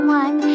one